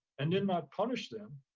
and then not punish them,